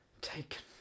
taken